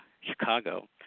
Chicago